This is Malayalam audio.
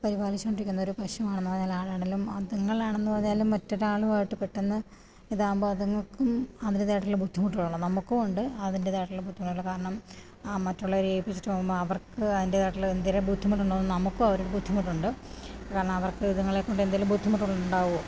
പരിപാലിച്ചുകൊണ്ടിരിക്കുന്നൊരു പശു ആണെന്ന് പറഞ്ഞാലും ആടാണേലും അതുങ്ങളാണെന്നും പറഞ്ഞാലും മറ്റൊരാളുമായിട്ട് പെട്ടെന്ന് ഇതാവുമ്പോള് അതുങ്ങൾക്കും അവരുടേതായിട്ടൊള്ള ബുദ്ധിമുട്ടുകളുണ്ട് നമുക്കുമുണ്ട് അതിൻ്റെതായിട്ടുള്ള ബുദ്ധിമുട്ടുകള് കാരണം മറ്റുള്ളവരെ ഏപ്പിച്ചിട്ട് പോകുമ്പോള് അവർക്ക് അതിൻ്റേതായിട്ടുള്ള എന്തേലും ബുദ്ധിമുട്ടുണ്ടോന്ന് നമുക്ക് ആ ഒരു ബുദ്ധിമുട്ടുണ്ട് കാരണം അവർക്ക് ഇതുങ്ങളെക്കൊണ്ട് എന്തേലും ബുദ്ധിമുട്ടുകളുണ്ടാവോ